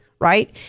right